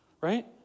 right